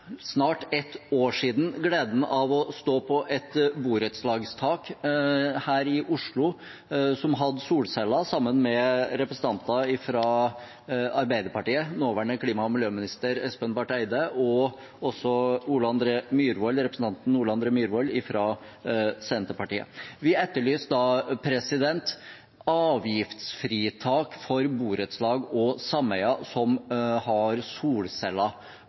snart ett år siden gleden av å stå på et borettslagstak her i Oslo, som hadde solceller, sammen med representanter fra Arbeiderpartiet, nåværende klima- og miljøminister Espen Barth Eide og representanten Ole André Myhrvold fra Senterpartiet. Vi etterlyste da avgiftsfritak for borettslag og sameier som har